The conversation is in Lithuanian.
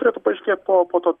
turėtų paaiškėt po po to